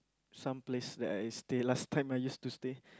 some place that I stay last time I used to stay